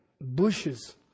bushes